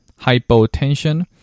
hypotension